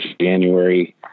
January